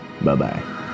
Bye-bye